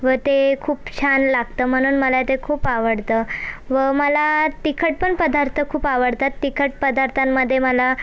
व ते खूप छान लागतं म्हणून मला ते खूप आवडतं व मला तिखट पण पदार्थ खूप आवडतात तिखट पदार्थांमध्ये मला